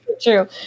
true